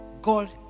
God